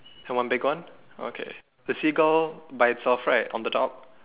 and one big one okay the seagull by itself right on the top